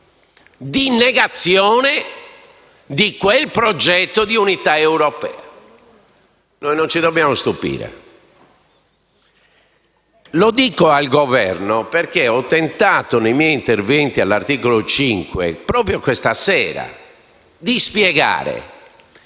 di negazione di quel progetto di unità europea, ma non ci dobbiamo stupire. Lo dico al Governo, perché nei miei interventi all'articolo 5, proprio questa sera, ho tentato